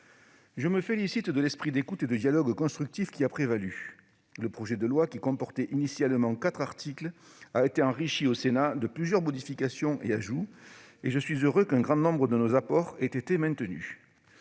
Je me félicite de l'esprit d'écoute et de dialogue constructif qui a prévalu. Le projet de loi, qui comportait initialement quatre articles, a été enrichi au Sénat de plusieurs modifications et ajouts ; je suis heureux qu'un grand nombre de nos apports aient été maintenus.